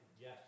Yes